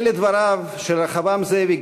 אלה דבריו של רחבעם זאבי,